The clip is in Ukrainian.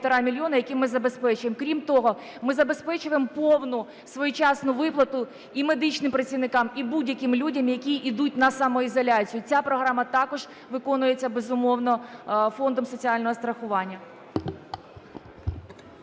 які ми забезпечуємо. Крім того, ми забезпечуємо повну своєчасну виплату і медичним працівникам, і будь-яким людям, які йдуть на самоізоляцію. Ця програма також виконується, безумовно, Фондом соціального страхування.